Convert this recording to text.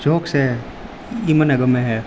jokes છે એ મને ગમે છે